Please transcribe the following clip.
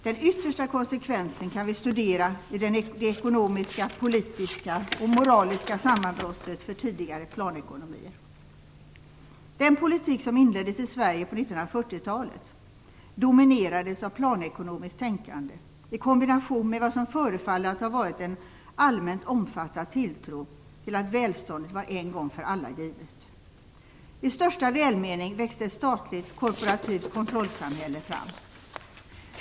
Den yttersta konsekvensen kan vi studera i det ekonomiska, politiska och moraliska sammanbrottet för tidigare planekonomier. Den politik som inleddes i Sverige på 1940-talet dominerades av planekonomiskt tänkande i kombination med vad som förefaller att ha varit en allmänt omfattad tilltro till att välståndet var en gång för alla givet. I största välmening växte ett statligt/korporativt kontrollsamhälle fram.